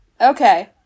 Okay